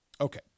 Okay